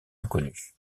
inconnue